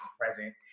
present